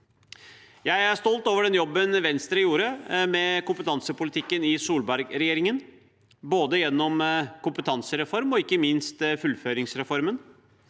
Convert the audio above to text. Jeg er stolt over den jobben Venstre gjorde med kompetansepolitikken i Solberg-regjeringen, både gjennom kompetansereformen og ikke minst fullføringsreformen.